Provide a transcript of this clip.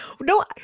No